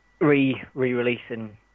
re-releasing